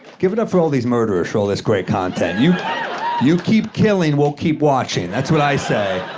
give it up for all these murderers for all this great content. you you keep killing, we'll keep watching, that's what i say.